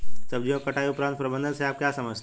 सब्जियों के कटाई उपरांत प्रबंधन से आप क्या समझते हैं?